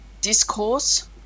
discourse